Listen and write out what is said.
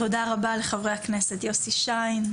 תודה רבה לחברי הכנסת יוסי שיין,